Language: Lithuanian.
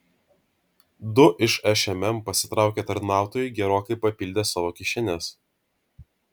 du iš šmm pasitraukę tarnautojai gerokai papildė savo kišenes